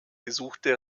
gesuchte